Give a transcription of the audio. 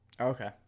Okay